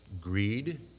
greed